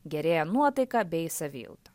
gerėja nuotaika bei savijauta